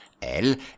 el